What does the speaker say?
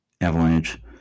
Avalanche